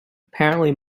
apparently